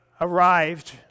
arrived